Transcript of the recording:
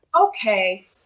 okay